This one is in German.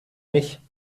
mich